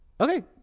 Okay